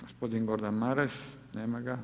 Gospodin Gordan Maras, nema ga.